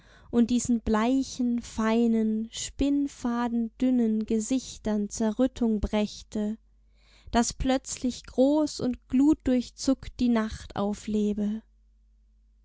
und diesen bleichen feinen spinnfadendünnen gesichtern zerrüttung brächte daß plötzlich groß und glutdurchzuckt die nacht auflebe